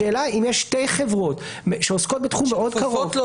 השאלה אם יש שתי חברות שעוסקות בתחום מאוד קרוב,